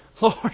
Lord